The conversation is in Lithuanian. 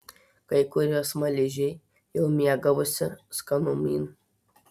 kai kurie smaližiai jau mėgavosi skanumynu